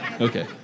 okay